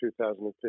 2015